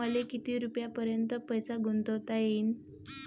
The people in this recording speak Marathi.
मले किती रुपयापर्यंत पैसा गुंतवता येईन?